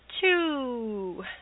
two